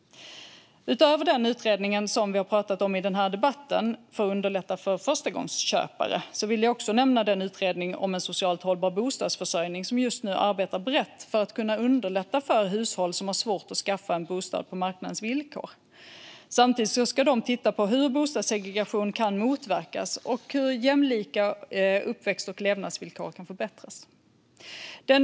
Utöver den utredning vi har pratat om i debatten för att underlätta för förstagångsköpare vill jag också nämna den utredning om en socialt hållbar bostadsförsörjning som just nu arbetar brett för att underlätta för hushåll som har svårt att skaffa en bostad på marknadens villkor. Samtidigt ska utredningen titta på hur bostadssegregation kan motverkas och hur jämlika uppväxt och levnadsvillkor kan förbättras.